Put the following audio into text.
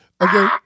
Okay